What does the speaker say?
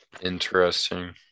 Interesting